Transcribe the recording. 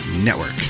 network